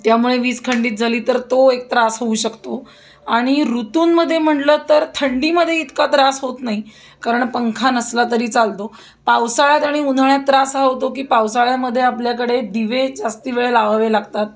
त्यामुळे वीज खंडित झाली तर तो एक त्रास होऊ शकतो आणि ऋतूंमध्ये म्हटलं तर थंडीमध्ये इतका त्रास होत नाही कारण पंखा नसला तरी चालतो पावसाळ्यात आणि उन्हाळ्यात त्रास हा होतो की पावसाळ्यामध्ये आपल्याकडे दिवे जास्त वेळ लावावे लागतात